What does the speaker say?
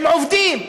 הם עובדים,